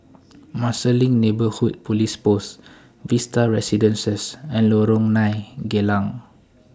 Marsiling Neighbourhood Police Post Vista Residences and Lorong nine Geylang